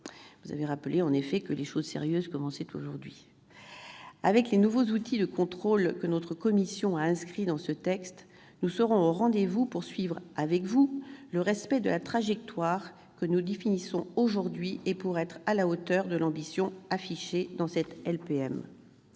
Vous avez rappelé que les choses sérieuses commençaient aujourd'hui ... Avec les nouveaux outils de contrôle que notre commission a inscrits dans ce texte, nous serons au rendez-vous pour suivre, avec vous, le respect de la trajectoire que nous définissons aujourd'hui et pour être à la hauteur de l'ambition affichée dans cette LPM.